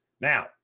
Now